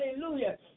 hallelujah